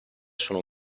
sono